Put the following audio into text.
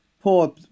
Poor